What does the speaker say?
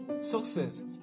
Success